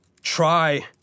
try